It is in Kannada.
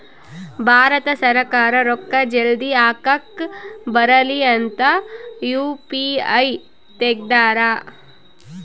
ಭಾರತ ಸರ್ಕಾರ ರೂಕ್ಕ ಜಲ್ದೀ ಹಾಕಕ್ ಬರಲಿ ಅಂತ ಯು.ಪಿ.ಐ ತೆಗ್ದಾರ